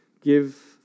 Give